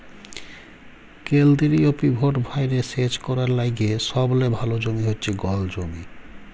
কেলদিরিয় পিভট ভাঁয়রে সেচ ক্যরার লাইগে সবলে ভাল জমি হছে গল জমি